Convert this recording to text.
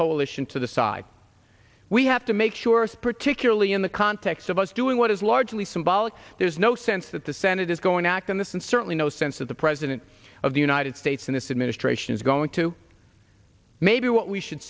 coalition to the side we have to make sure it's particularly in the context of us doing what is largely symbolic there's no sense that the senate is going to act on this and certainly no sense that the president of the united states in this administration is going to maybe what we should